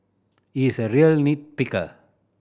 he is a real nit picker